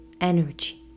energy